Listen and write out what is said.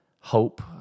hope